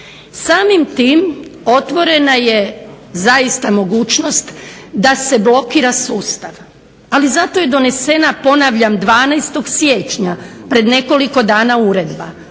Samim tim otvorena je zaista mogućnost da se blokira sustav, ali zato je donesena 12. siječnja, prije nekoliko dana uredba